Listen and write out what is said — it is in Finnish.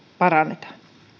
parannetaan